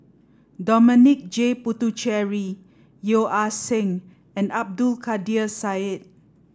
Dominic J Puthucheary Yeo Ah Seng and Abdul Kadir Syed